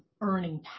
earning